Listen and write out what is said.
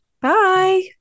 Bye